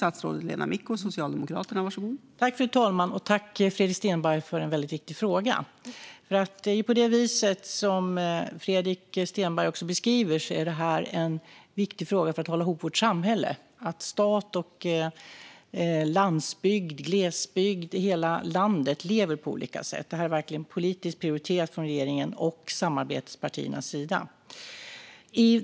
Fru talman! Tack, Fredrik Stenberg, för en väldigt viktig fråga! Som Fredrik Stenberg beskriver är det en viktig fråga för att hålla ihop vårt samhälle att staten finns med och att landsbygd och glesbygd i hela landet lever. Det här är verkligen politiskt prioriterat från regeringens och samarbetspartiernas sida.